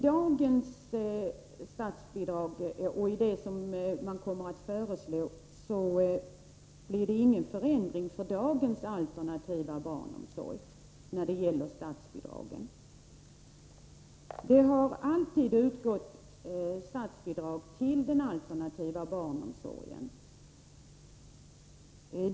Dagens statsbidragssystem och det som man kommer att föreslå medför ingen förändring för dagens alternativa barnomsorg. Det har alltid utgått statsbidrag till den alternativa barnomsorgen.